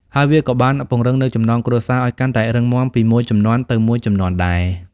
ហើយវាក៏បានពង្រឹងនូវ ចំណងគ្រួសារ ឲ្យកាន់តែរឹងមាំពីមួយជំនាន់ទៅមួយជំនាន់ដែរ។